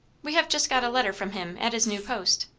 we have just got a letter from him at his new post.